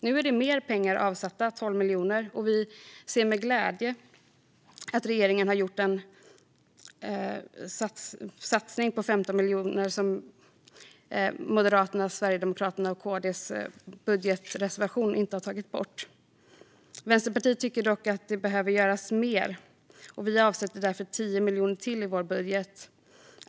Nu är det mer pengar avsatta - 12 miljoner kronor - och vi ser med glädje att regeringen har gjort en satsning på 15 miljoner kronor som inte har tagits bort i Moderaternas, Sverigedemokraternas och Kristdemokraternas budgetreservation. Vänsterpartiet tycker dock att det behöver göras mer. Vi avsätter därför 10 miljoner kronor till i vår budget.